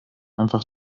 einfach